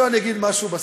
אני אגיד משהו בסוף: